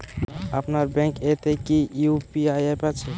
আপনার ব্যাঙ্ক এ তে কি ইউ.পি.আই অ্যাপ আছে?